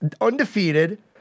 Undefeated